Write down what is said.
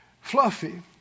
Fluffy